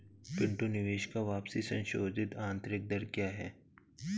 पिंटू निवेश का वापसी संशोधित आंतरिक दर क्या है?